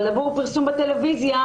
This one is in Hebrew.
אבל עבור פרסום בטלוויזיה,